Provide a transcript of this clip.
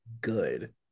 good